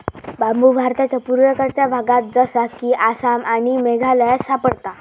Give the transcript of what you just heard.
बांबु भारताच्या पुर्वेकडच्या भागात जसा कि आसाम आणि मेघालयात सापडता